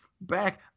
back